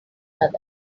other